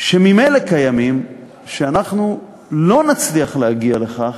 שממילא קיימים, אנחנו לא נצליח להגיע לכך